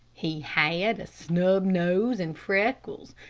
he had a snub nose and freckles,